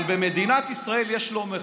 אבל במדינת ישראל יש לאום אחד.